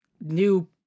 new